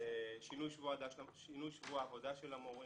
שינוי שבוע העבודה של המורים,